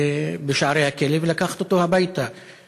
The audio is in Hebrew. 3 עבד אל חכים חאג' יחיא (הרשימה